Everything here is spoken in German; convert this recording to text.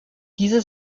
diese